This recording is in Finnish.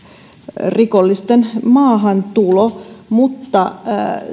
rikollisten maahantulo mutta